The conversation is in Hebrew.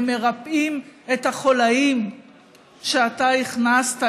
הם מרפאים את החוליים שאתה הכנסת,